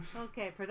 Okay